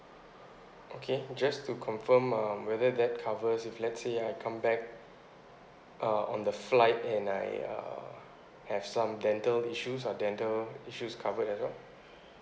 okay just to confirm um whether that covers if let's say I come back uh on the flight and I uh have some dental issues are dental issues covered as well